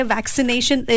Vaccination